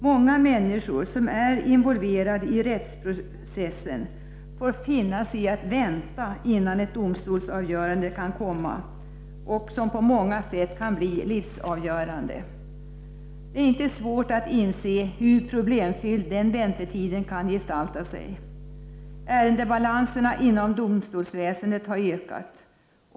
Många människor som är involverade i rättsprocesser får finna sig i att vänta innan en dom, som på många sätt kan bli livsavgörande, kommer. Det är inte svårt att inse hur problemfylld den väntetiden kan gestalta sig. Ärendebalanserna inom domstolsväsendet har ökat.